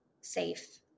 safe